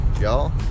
y'all